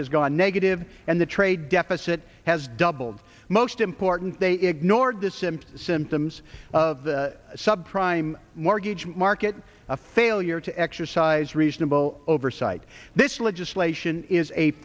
has gone negative and the trade deficit has doubled most important they ignored this and symptoms of the subprime mortgage market a failure to exercise reasonable oversight this legislation is